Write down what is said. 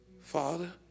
father